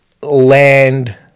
land